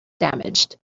damaged